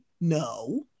no